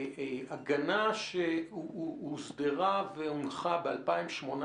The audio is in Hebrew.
הגנה שהוסדרה והונחה ב-2018,